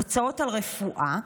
הוצאות על רפואה.